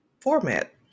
format